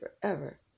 forever